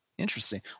Interesting